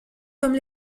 comme